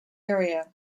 area